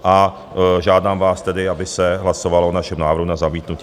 A žádám vás tedy, aby se hlasovalo o našem návrhu na zamítnutí.